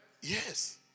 Yes